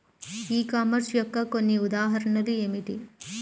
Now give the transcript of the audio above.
ఈ కామర్స్ యొక్క కొన్ని ఉదాహరణలు ఏమిటి?